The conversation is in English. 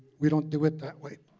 we don't do it that way,